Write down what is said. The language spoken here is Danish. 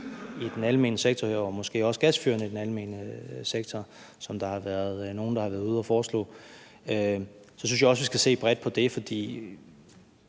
i den almene sektor og måske også gasfyrene i den almene sektor, som der har været nogle der har været ude at foreslå, synes jeg også, at vi skal se bredt på det. For